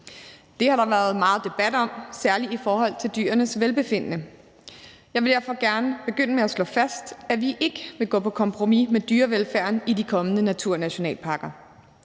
Det har der været meget debat om, særlig i forhold til dyrenes velbefindende. Jeg vil derfor gerne begynde med at slå fast, at vi ikke vil gå på kompromis med dyrevelfærden i de kommende naturnationalparker.